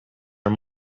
are